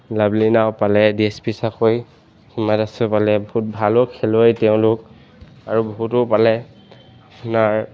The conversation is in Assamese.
লাভলীনাও পালে ডি এছ পি চাকৰি সীমা দাসেও পালে বহুত ভালো খেলুৱৈ তেওঁলোক আৰু বহুতো পালে আপোনাৰ